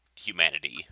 humanity